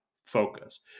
focus